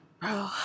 Bro